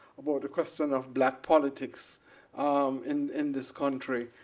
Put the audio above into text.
about the question of black politics in in this country.